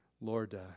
Lord